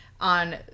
on